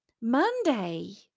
Monday